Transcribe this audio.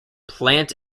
plant